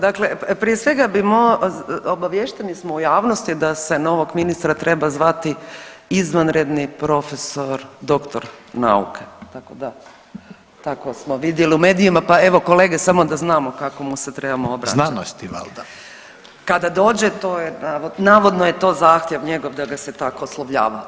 Dakle, prije svega bi obaviješteni smo u javnosti da se novog ministra treba zvati izvanredni profesor doktor nauke tako da tako smo vidjeli u medijima, pa evo kolege samo da znamo kako mu se trebamo obraćati [[Upadica Reiner: Znanosti valjda.]] Kada dođe, navodno je to zahtjev njegov da ga se tako oslovljava.